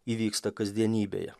įvyksta kasdienybėje